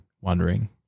wondering